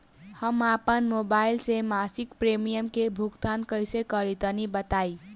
हम आपन मोबाइल से मासिक प्रीमियम के भुगतान कइसे करि तनि बताई?